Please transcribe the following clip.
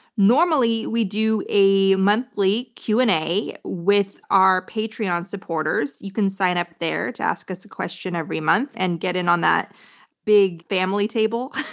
normally, we do a monthly q and a, with our patreon supporters. you can sign up there to ask us a question every month, and get in on that big family table.